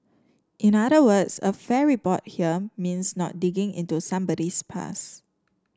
in other words a fair report here means not digging into somebody's past